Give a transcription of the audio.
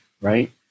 right